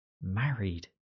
Married